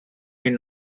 been